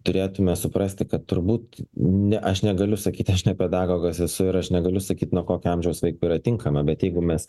turėtume suprasti kad turbūt ne aš negaliu sakyti aš ne pedagogas esu ir aš negaliu sakyt nuo kokio amžiaus vaikui yra tinkama bet jeigu mes